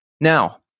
Now